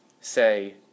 say